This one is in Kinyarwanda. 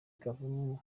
kavumu